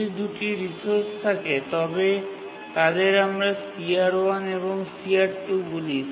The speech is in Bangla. যদি দুটি রিসোর্স থাকে তবে তাদের আমরা CR1 এবং CR2 বলি